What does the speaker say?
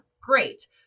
great